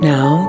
Now